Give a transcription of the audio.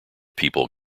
people